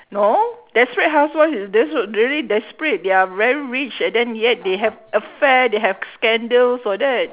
no desperate housewife is desperate very desperate they're very rich and then yet they have affairs they have scandals all that